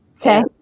Okay